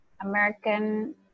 American